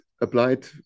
applied